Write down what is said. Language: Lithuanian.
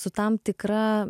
su tam tikra